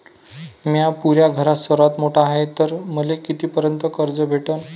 म्या पुऱ्या घरात सर्वांत मोठा हाय तर मले किती पर्यंत कर्ज भेटन?